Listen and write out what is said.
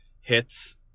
hits